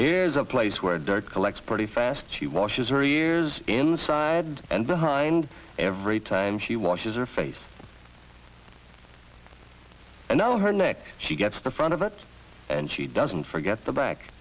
is a place where dirt collects pretty fast she washes her ears inside and behind every time she washes her face and out of her neck she gets the front of it and she doesn't forget the back